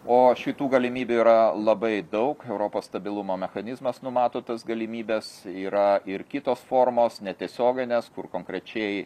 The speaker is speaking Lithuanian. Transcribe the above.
o šitų galimybių yra labai daug europos stabilumo mechanizmas numato tas galimybes yra ir kitos formos netiesioginės kur konkrečiai